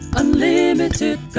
unlimited